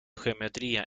geometría